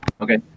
Okay